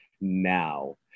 now